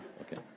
Okay